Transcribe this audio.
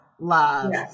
love